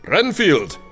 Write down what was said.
Renfield